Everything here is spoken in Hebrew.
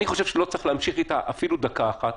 אני חושב שלא צריך להמשיך איתה אפילו דקה אחת.